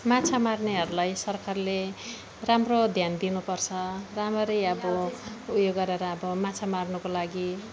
माछा मार्नेहरूलाई सरकारले राम्रो ध्यान दिनु पर्छ राम्ररी अब ऊ यो गरेर अब माछा मार्नको लागि